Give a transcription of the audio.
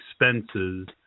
expenses